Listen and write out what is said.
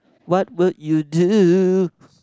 what would you do